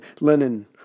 Lenin